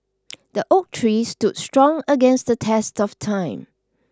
the oak tree stood strong against the test of time